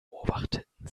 beobachteten